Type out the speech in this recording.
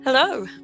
Hello